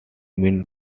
mean